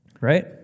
Right